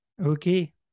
Okay